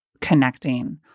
connecting